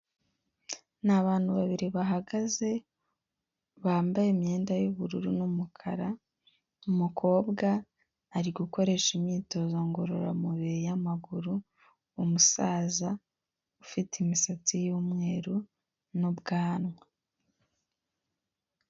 Ni abantu babiri bahagaze bambaye imyenda y'ubururu n'umukara, umukobwa ari gukoresha imyitozo ngororamubiri y'amaguru umusaza ufite imisatsi y'umweru n'ubwanwa.